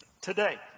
today